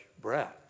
breath